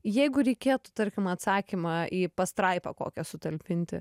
jeigu reikėtų tarkim atsakymą į pastraipą kokią sutalpinti